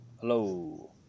Hello